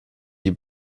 die